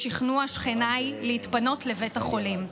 בשכנוע שכניי, להתפנות לבית החולים.